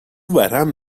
ورم